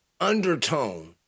undertone